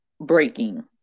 breaking